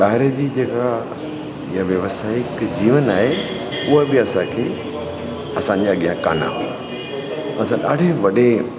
ॿाहिरि जी जेका इहा व्यवसायिक जीवन आहे उहा बि असांखे असांजे अॻियां कान हुई असां ॾाढे वॾे